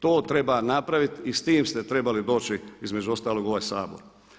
To treba napraviti i s time ste trebali doći između ostalog u ovaj Sabor.